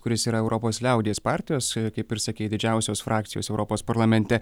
kuris yra europos liaudies partijos kaip ir sakei didžiausios frakcijos europos parlamente